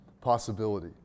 possibility